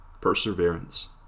perseverance